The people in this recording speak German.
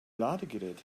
ladegerät